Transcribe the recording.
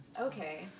Okay